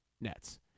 Nets